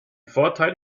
vorteil